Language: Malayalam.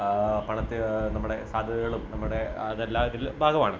പണത്തെ നമ്മുടെ സാധ്യതകളും നമ്മുടെ അതെല്ലാം ഇതിൽ ബാധകമാണ്